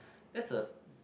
that's a